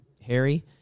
Harry